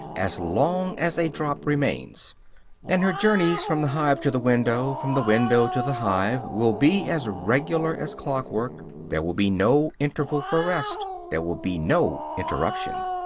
as long as a drop remains and her journeys from the hive to the window, from the window to the hive, will be as regular as clock-work there will be no interval for rest there will be no interruption.